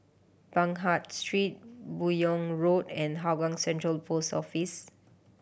Baghdad Street Buyong Road and Hougang Central Post Office